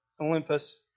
Olympus